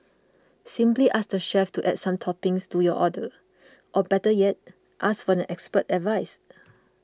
simply ask the chef to add some toppings to your order or better yet ask for the expert's advice